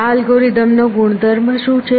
આ અલ્ગોરિધમ નો ગુણધર્મ શું છે